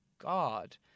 God